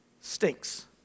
stinks